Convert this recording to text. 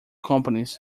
companies